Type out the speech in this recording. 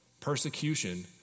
Persecution